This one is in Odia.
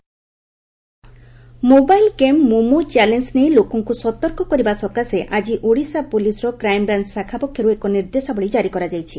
mobile game mobile game Momo challenge ନେଇ ଲୋକଙ୍କ ସତର୍କ କରିବା ସକାଶେ ଆକି ଓଡିଶା ପୋଲିସର କ୍ରାଇମବ୍ରାଞ ଶାଖା ପକ୍ଷରୁ ଏକ ନିର୍ଦ୍ଦେଶାବଳୀ ଜାରି କରାଯାଇଛି